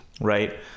right